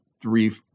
three